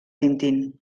tintín